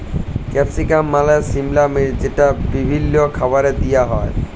capsicum মালে সিমলা মির্চ যেট বিভিল্ল্য খাবারে দিঁয়া হ্যয়